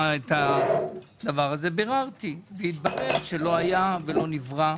את זה ביררתי והתברר שא היה ולא נברא.